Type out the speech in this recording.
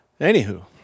Anywho